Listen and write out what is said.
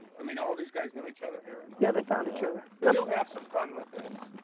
i mean, all these guys know each other here? ya, they found each other. you'll have some fun with this,